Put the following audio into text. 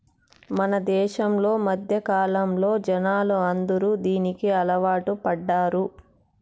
మన దేశంలో మధ్యకాలంలో జనాలు అందరూ దీనికి అలవాటు పడ్డారు